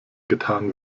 getan